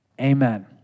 amen